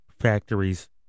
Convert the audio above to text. factories